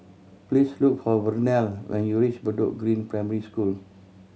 please look for Vernelle when you reach Bedok Green Primary School